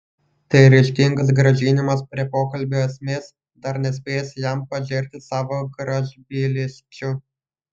tai ryžtingas grąžinimas prie pokalbio esmės dar nespėjus jam pažerti savo gražbylysčių